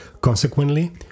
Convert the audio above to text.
Consequently